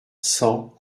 cent